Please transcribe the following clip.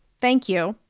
thank you.